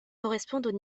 correspondent